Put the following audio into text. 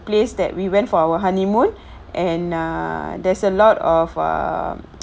place that we went for our honeymoon and err there's a lot of a